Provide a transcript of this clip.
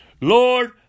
Lord